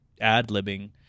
ad-libbing